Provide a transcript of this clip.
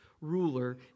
ruler